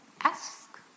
Ask